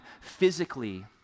physically